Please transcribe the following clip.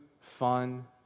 fun